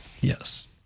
yes